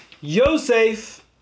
Yosef